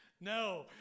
No